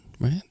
right